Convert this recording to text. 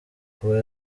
kuba